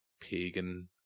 pagan